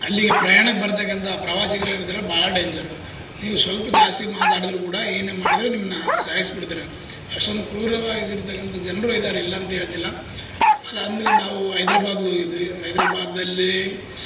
ಅಲ್ಲಿಗೆ ಪ್ರಯಾಣಕ್ಕೆ ಬರ್ತಕ್ಕಂಥ ಪ್ರವಾಸಿಗರು ಏನೇಳ್ತಾರೆ ಭಾಳ ಡೇಂಜರು ನೀವು ಸ್ವಲ್ಪ್ ಜಾಸ್ತಿ ಮಾತಾಡಿದ್ರು ಕೂಡ ಏನೇ ಮಾಡಿದ್ರು ನಿಮ್ಮನ್ನ ಸಾಯಿಸಿಬಿಡ್ತಾರೆ ಅಷ್ಟೊಂದ್ ಕ್ರೂರವಾಗಿರ್ತಕ್ಕಂಥ ಜನರು ಇದ್ದಾರೆ ಇಲ್ಲ ಅಂತೇಳ್ತಿಲ್ಲಾ ಅದ್ ಆದಮೇಲೆ ನಾವು ಹೈದ್ರಾಬಾದ್ಗೆ ಹೋಗಿದ್ವಿ ಹೈದ್ರಾಬಾದಲ್ಲೀ